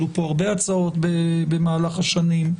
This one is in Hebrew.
עלו פה הרבה הצעות במהלך השנים.